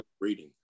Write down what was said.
reading